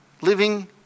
Living